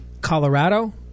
Colorado